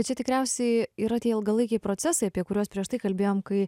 čia tikriausiai yra tie ilgalaikiai procesai apie kuriuos prieš tai kalbėjom kai